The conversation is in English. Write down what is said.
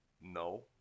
No